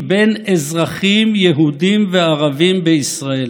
יישובים בארץ שבעצם